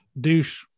douche